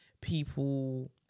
people